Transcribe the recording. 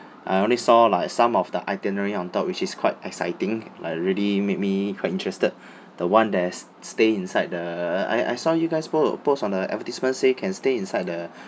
I only saw like some of the itinerary on top which is quite exciting like already made me quite interested the one that's stay inside the I I saw you guys po~ post on the advertisement say can stay inside the